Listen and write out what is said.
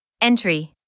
Entry